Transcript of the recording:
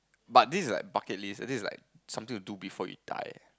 but this is like bucket list this is like something you do before you die